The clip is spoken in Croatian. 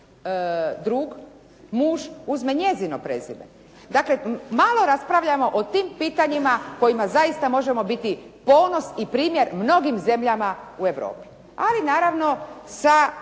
drug muž uzme njezino prezime. Dakle, malo raspravljamo o tim pitanjima kojima zaista možemo biti ponos i primjer mnogim zemljama u Europi, ali naravno sa